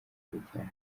babijyana